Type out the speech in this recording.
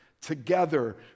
together